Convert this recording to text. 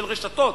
של רשתות,